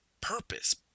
purpose